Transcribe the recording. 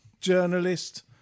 journalist